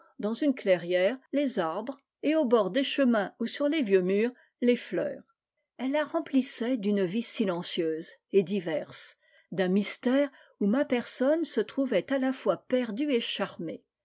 dans une clairière les arbres et au bord des chemins ou sur les vieux murs les fleurs elles la remplissaient d'une vie silencieuse et diverse d'un mystère où ma personne se trouvait à la fois perdue et charmée